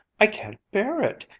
i can't bear it,